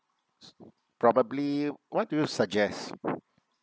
probably what do you suggest